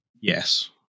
Yes